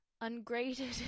ungraded